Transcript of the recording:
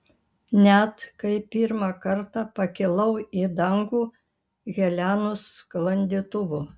net kai pirmą kartą pakilau į dangų helenos sklandytuvu